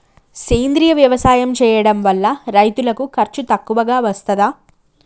సేంద్రీయ వ్యవసాయం చేయడం వల్ల రైతులకు ఖర్చు తక్కువగా వస్తదా?